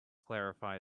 clarify